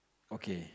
okay